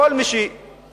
כל מי שמקופח,